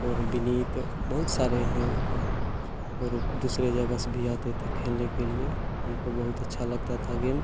और विनीत बहुत सारे हैं और दूसरे जगह से भी आते थे खेलने के लिए हमको बहुत अच्छा लगता था गेम